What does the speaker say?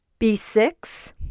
B6